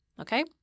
okay